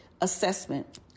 assessment